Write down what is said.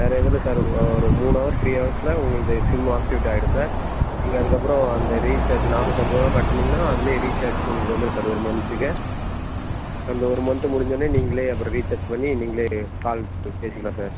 வேறு எதுவும் இல்லை சார் ஒரு மூணு அவர் த்ரீ ஹவர்ஸில் உங்களுக்கு சிம்மு ஆக்டிவேட் ஆகிடும் சார் நீங்கள் அதுக்கப்புறம் அந்த ரீசார்ஜ் நானூற்றம்பது ரூபா கட்டுனீங்கன்னா அதிலேயே ரீசார்ஜ் உங்களுக்கு வந்துரும் சார் ஒரு மந்த்துக்கு அந்த ஒரு மந்த்து முடிஞ்ச உடனே நீங்களே அப்புறம் ரீசார்ஜ் பண்ணி நீங்களே கால் பே பேசிக்கலாம் சார்